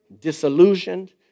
disillusioned